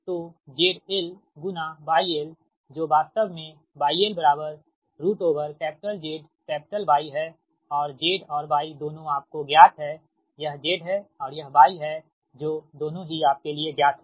तो zlyl जो वास्तव में γlcapital Z capital Y है और Z और Y दोनों आपको ज्ञात हैं यह Z है और यह Y है जो दोनों ही आपके लिए ज्ञात हैं